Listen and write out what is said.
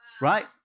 Right